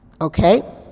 okay